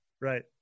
right